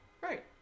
right